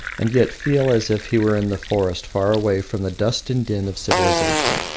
and yet feel as if he were in the forest far away from the dust and din of civilisation.